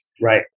Right